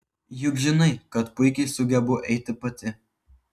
juk žinai kad puikiai sugebu eiti pati